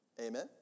Amen